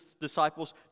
disciples